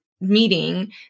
meeting